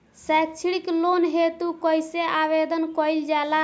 सैक्षणिक लोन हेतु कइसे आवेदन कइल जाला?